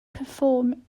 perform